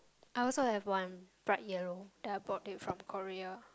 I also have one but yellow that I bought it from Korea